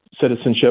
citizenship